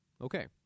Okay